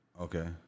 Okay